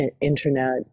internet